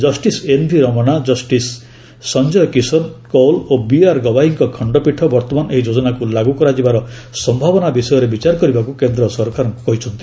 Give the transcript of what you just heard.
justice NV Ramana Sanjay Kishan Kaul ଓ BR ଗବାଇଙ୍କ ଖଣ୍ଡପୀଠ ବର୍ତ୍ତମାନ ଏହି ଯୋଜନାକୁ ଲାଗୁ କରାଯିବାର ସମ୍ଭାବନା ବିଷୟରେ ବିଚାର କରିବାକୁ କେନ୍ଦ୍ର ସରକାରଙ୍କୁ କହିଛନ୍ତି